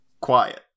quiet